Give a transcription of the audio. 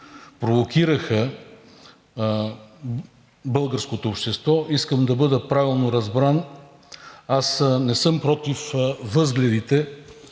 провокираха българското общество, искам да бъда правилно разбран. Аз не съм против възгледите